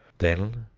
then,